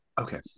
Okay